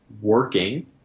working